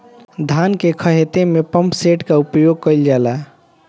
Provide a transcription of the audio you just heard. धान के ख़हेते में पम्पसेट का उपयोग कइल जाला?